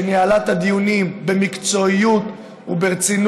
שניהלה את הדיונים במקצועיות וברצינות,